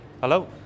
Hello